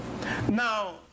Now